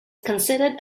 considered